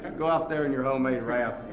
go out there in your homemade raft.